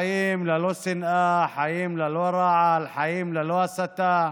חיים ללא שנאה, חיים ללא רעל, חיים ללא הסתה,